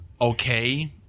okay